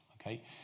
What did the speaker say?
okay